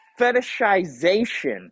fetishization